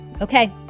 Okay